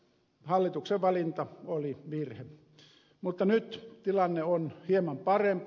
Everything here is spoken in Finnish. hallituksen valinta oli virhe mutta nyt tilanne on hieman parempi